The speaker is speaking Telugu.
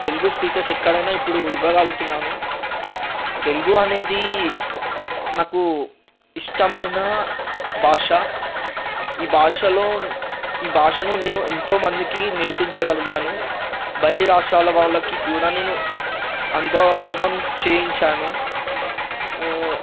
తెలుగు స్పీచెస్ ఎక్కడ అయిన ఇప్పుడు ఇవ్వగలుగుతున్నాను తెలుగు అనేది నాకూ ఇష్టమయిన భాష ఈ భాషలో ఈ భాషను నేను ఎంతో మందికి నేర్పించగలిగాను బయిటి రాష్ట్రాల వాళ్ళకి కూడా నేను అనుభావం చేయించాను